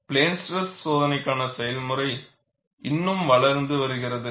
plane stress சோதனைக்கான செயல்முறை இந்னும் வளர்ந்து வருகிறது